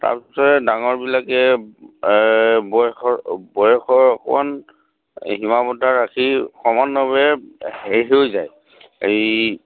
তাৰপিছত ডাঙৰবিলাকে বয়সৰ বয়সৰ অকণমান সীমা ৰাখি হৈ যায় এই